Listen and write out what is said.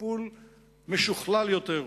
טיפול משוכלל יותר.